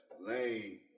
lane